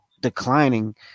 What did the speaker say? declining